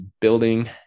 Building